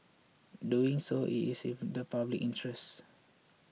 doing so is in the public interest